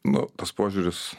nu tas požiūris